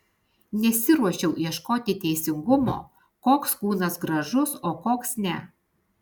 nesiruošiau ieškoti teisingumo koks kūnas gražus o koks ne